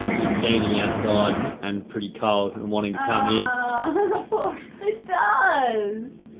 is standing outside and pretty cold and wanting to come in. aww poor, it does!